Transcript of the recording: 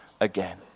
again